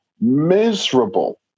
miserable